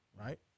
right